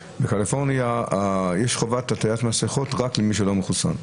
בקליפורניה יש חובת עטיית מסכות רק על מי שלא מחוסן.